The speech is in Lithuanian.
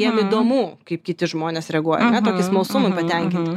jiem įdomu kaip kiti žmonės reaguoja ar ne tokį smalsumui patenkinti